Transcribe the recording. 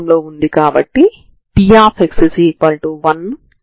కాబట్టి u2ξξ u2ξξ0 అని మరియు u2ξξu2ξξ0ని పరిగణలోకి తీసుకోండి